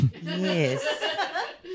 Yes